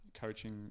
coaching